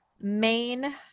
main